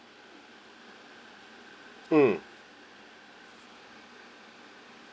mm